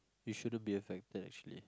it shouldn't be affected actually